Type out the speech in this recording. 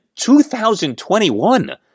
2021